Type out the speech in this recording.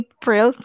April